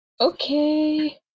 okay